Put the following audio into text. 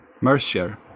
Mercier